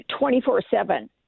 24-7